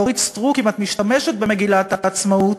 ואורית סטרוק, אם את משתמשת במגילת העצמאות,